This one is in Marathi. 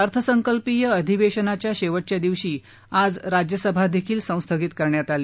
अर्थसंकल्पीय अधिवेशनाच्या शेवटच्या दिवशी आज राज्यसभादेखील संस्थगित करण्यात आली